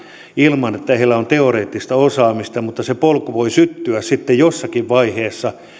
ilman että heillä on teoreettista osaamista mutta joille polku voi syttyä sitten jossakin vaiheessa